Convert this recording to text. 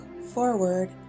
forward